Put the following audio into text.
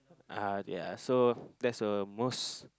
uh ya so that's a most